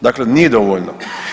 Dakle, nije dovoljno.